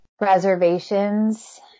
reservations